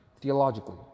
theologically